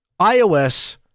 iOS